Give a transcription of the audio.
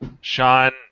Sean